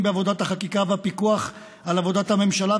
בעבודת החקיקה והפיקוח על עבודת הממשלה,